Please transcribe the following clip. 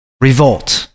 revolt